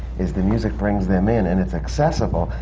is the music brings them in and it's accessible,